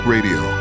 Radio